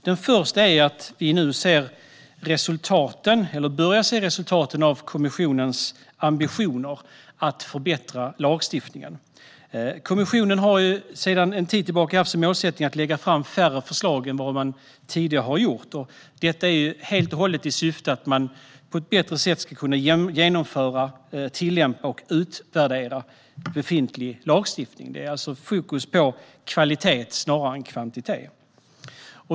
Den första är att vi nu börjar se resultaten av kommissionens ambitioner att förbättra lagstiftningen. Kommissionen har sedan en tid tillbaka haft som målsättning att lägga fram färre förslag än vad man tidigare har gjort. Det är helt och hållet i syfte att man på ett bättre sätt ska kunna genomföra, tillämpa och utvärdera befintlig lagstiftning. Det är alltså fokus på kvalitet snarare än på kvantitet.